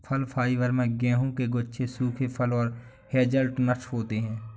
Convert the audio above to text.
फल फाइबर में गेहूं के गुच्छे सूखे फल और हेज़लनट्स होते हैं